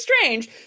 strange